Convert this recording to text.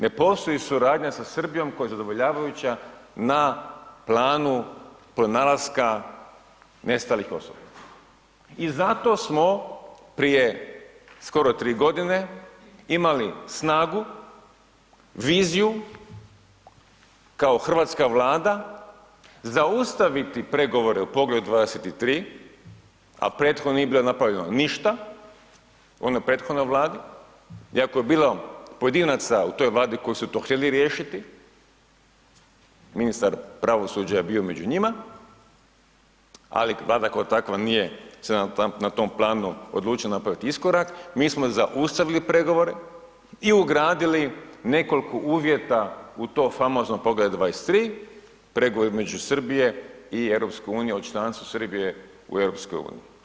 Ne postoji suradnja sa Srbijom koja je zadovoljavajuća na planu pronalaska nestalih osoba i zato smo prije skoro 3.g. imali snagu, viziju, kao hrvatska Vlada, zaustaviti pregovore o Poglavlju 23., a prethodno nije bilo napravljeno ništa u onoj prethodnoj Vladi iako je bilo pojedinaca u toj Vladi koji su to htjeli riješiti, ministar pravosuđa je bio među njima, ali Vlada kao takva nije se na tom planu odlučila napraviti iskorak, mi smo zaustavili pregovore i ugradili nekoliko uvjeta u to famozno Poglavlje 23., pregovore između Srbije i EU, o članstvu Srbije u EU.